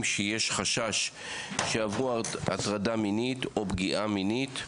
שיש חשש שעברו הטרדה מינית או פגיעה מינית,